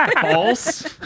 False